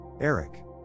Eric